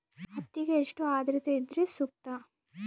ಹತ್ತಿಗೆ ಎಷ್ಟು ಆದ್ರತೆ ಇದ್ರೆ ಸೂಕ್ತ?